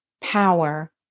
power